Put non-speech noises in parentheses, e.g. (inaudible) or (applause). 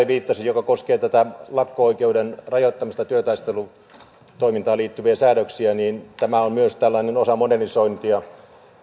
(unintelligible) viittasi joka koskee tätä lakko oikeuden rajoittamista ja työtaistelutoimintaan liittyviä säännöksiä on tällainen osa modernisointia